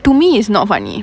to me it's not funny